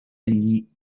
agli